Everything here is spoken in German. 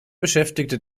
beschäftigte